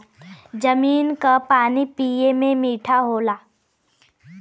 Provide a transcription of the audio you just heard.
जमीन क पानी पिए में मीठा होला